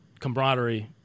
camaraderie